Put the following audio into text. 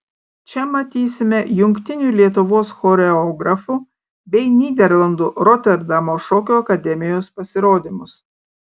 čia matysime jungtinių lietuvos choreografų bei nyderlandų roterdamo šokio akademijos pasirodymus